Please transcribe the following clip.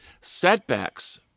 setbacks